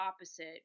opposite